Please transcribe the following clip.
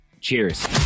Cheers